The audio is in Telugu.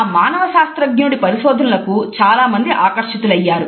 ఆ మానవ శాస్త్రజ్ఞుడి పరిశోధనలకు చాలామంది ఆకర్షితులయ్యారు